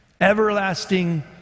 Everlasting